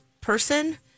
person